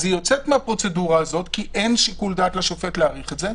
אז היא יוצאת מן הפרוצדורה הזאת כי אין שיקול דעת לשופט להאריך את זה,